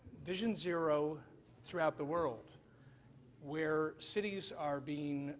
vision zero throughout the world where cities are being